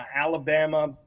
Alabama